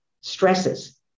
stresses